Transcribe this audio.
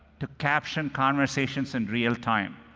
to caption conversations in real time.